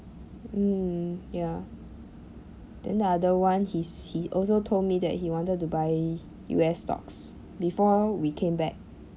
mm ya then the other one he's he also told me that he wanted to buy U_S stocks before we came back